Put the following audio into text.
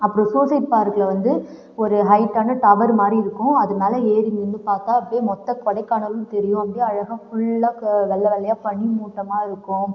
அப்புறம் சூசைட் பார்க்கில் வந்து ஒரு ஹயிட்டான டவர் மாதிரி இருக்கும் அது மேலே ஏறி நின்று பார்த்தால் அப்படியே மொத்த கொடைக்கானலும் தெரியும் அப்படியே அழகாக ஃபுல்லா வெள்ளை வெள்ளையாக பனி மூட்டமாக இருக்கும்